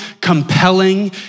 compelling